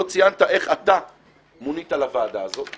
לא ציינת איך אתה מונית לוועדה הזאת,